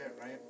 right